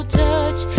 touch